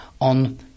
on